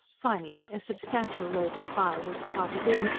finally, a substantial load of firewood carted in,